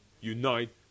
unite